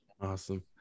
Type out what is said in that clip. awesome